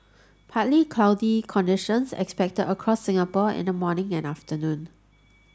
partly cloudy conditions expected across Singapore in the morning and afternoon